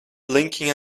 blinking